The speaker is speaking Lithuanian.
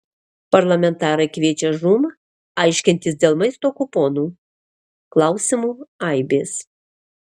parlamentarai kviečia žūm aiškintis dėl maisto kuponų klausimų aibės